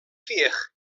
fih